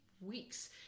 weeks